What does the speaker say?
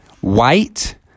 white